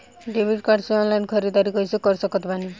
Debit card से online ख़रीदारी कैसे कर सकत बानी?